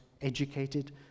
educated